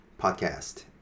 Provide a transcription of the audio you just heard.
podcast